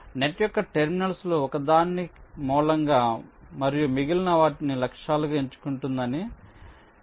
ఇది నెట్ యొక్క టెర్మినల్స్లో ఒకదాన్ని మూలంగా మరియు మిగిలిన వాటిని లక్ష్యాలుగా ఎంచుకుంటుందని ఇది చెబుతుంది